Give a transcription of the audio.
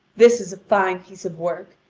this is a fine piece of work,